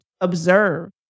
observe